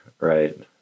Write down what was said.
right